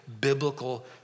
biblical